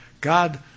God